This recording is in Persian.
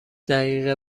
دقیقه